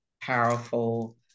powerful